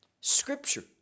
Scripture